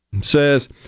says